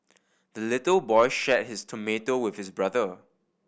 the little boy shared his tomato with his brother